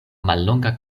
mallonga